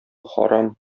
харам